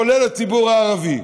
כולל הציבור הערבי.